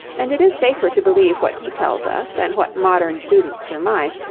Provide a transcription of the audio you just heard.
and it is safer to believe what he tells us than what modern students surmise,